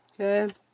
Okay